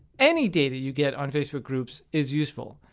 any data you get on facebook groups is useful.